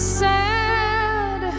sad